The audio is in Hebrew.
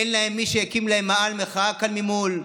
אין להם מי שיקים להם מאהל מחאה כאן ממול,